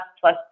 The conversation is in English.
plus